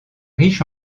riche